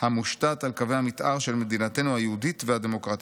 המושתת על קווי המתאר של מדינתנו היהודית והדמוקרטית.